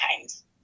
times